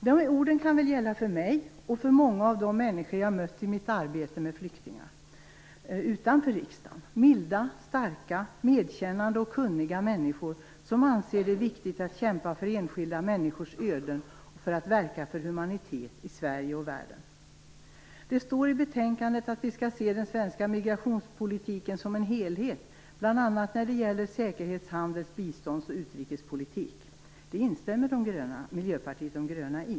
De här orden kan väl gälla för mig och för många av de människor jag har mött i mitt arbete med flyktingar utanför riksdagen; milda, starka, medkännande och kunniga människor som ser det som viktigt att kämpa för enskilda människors öden och att verka för humanitet i Sverige och i världen. Det står i betänkandet att vi skall se den svenska migrationspolitiken som en helhet, bl.a. när det gäller säkerhets-, handels-, bistånds och utrikespolitik. Detta instämmer Miljöpartiet de gröna i.